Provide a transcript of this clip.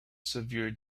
severe